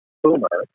boomer